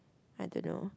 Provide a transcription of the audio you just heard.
I don't know